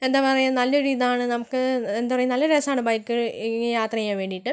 എന്താണ് പറയുക നല്ലൊരു ഇതാണ് നമുക്ക് എന്താണ് പറയുക നല്ലൊരു രസമാണ് ബൈക്ക് യാത്ര ചെയ്യാൻ വേണ്ടിയിട്ട്